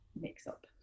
mix-up